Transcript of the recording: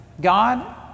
God